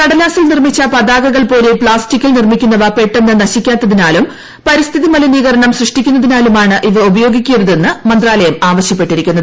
കടലാസിൽ നിർമിച്ച പതാകകൾപോലെ പ്ലാസ്റ്റിക്കിൽ നിർമിക്കുന്നവ പെട്ടെന്ന് നശിക്കാത്തതിനാലും പരിസ്ഥിതി മലിനീകരണം സൃഷ്ടിക്കുന്നതിനാലുമാണ് ഇവ ഉപയോഗിക്കരുതെന്ന് മന്ത്രാലയം ആവശ്യപ്പെട്ടിരിക്കുന്നത്